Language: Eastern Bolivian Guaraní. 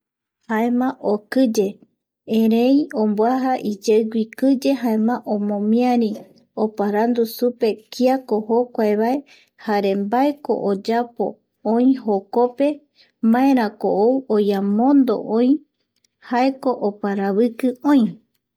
Jaema okiye, erei omboaja iyeugui kiye jaema omomiari oparandu supe kiako jokuae vae jare mbaeko oyapo oï jokope maerako ou oiamondo oï jaeko oparaviki oi